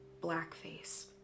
blackface